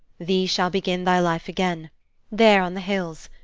thee shall begin thy life again there on the hills.